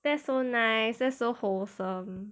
that's so nice that's so wholesome